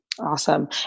Awesome